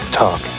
talk